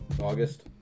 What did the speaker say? August